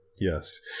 yes